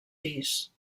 pis